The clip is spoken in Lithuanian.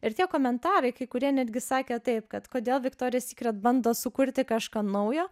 ir tie komentarai kai kurie netgi sakė taip kad kodėl viktorija sykret bando sukurti kažką naujo